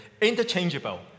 Interchangeable